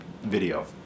video